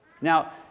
Now